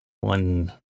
one